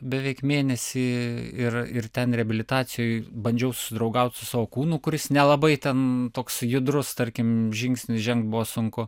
beveik mėnesį ir ir ten reabilitacijoj bandžiau susidraugaut su savo kūnu kuris nelabai ten toks judrus tarkim žingsnį žengt buvo sunku